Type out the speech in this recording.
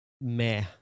meh